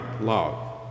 love